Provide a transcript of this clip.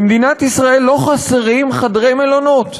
במדינת ישראל לא חסרים חדרי מלונות.